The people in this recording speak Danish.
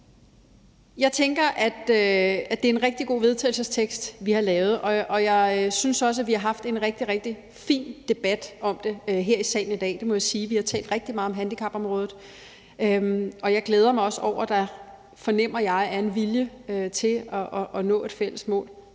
jeg tænker også, at det er en rigtig god vedtagelsestekst, vi har lavet, og jeg synes også, at vi har haft en rigtig, rigtig fin debat om det her i salen i dag, hvor vi har talt rigtig meget om handicapområdet, og jeg glæder mig også over, at der, det fornemmer jeg, er en vilje til at nå et fælles mål.